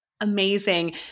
Amazing